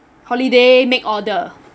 holiday make order